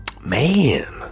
man